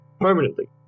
permanently